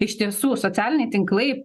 iš tiesų socialiniai tinklai